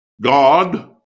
God